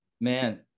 Man